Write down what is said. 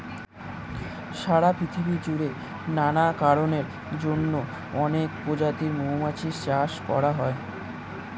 সারা পৃথিবী জুড়ে নানা কারণের জন্যে অনেক প্রজাতির মৌমাছি চাষ হয়